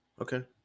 okay